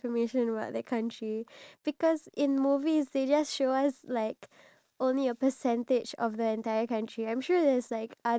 iya and plus they never really been to that country so if you haven't been to that country how is it gonna be your favourite country in the first place